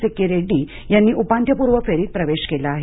सिक्की रेड्डी यांनी उपांत्यपूर्व फेरीत प्रवेश केला आहे